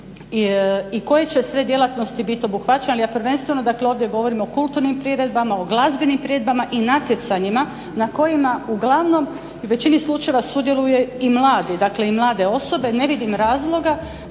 i koje će sve djelatnosti bit obuhvaćene, ali ja prvenstveno dakle ovdje govorim o kulturnim priredbama, o glazbenim priredbama i natjecanjima na kojima uglavnom u većini slučajeva sudjeluju i mladi, dakle i mlade osobe. Ne vidim razloga